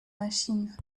machines